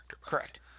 Correct